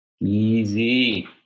Easy